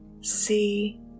See